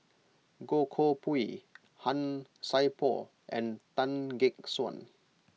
Goh Koh Pui Han Sai Por and Tan Gek Suan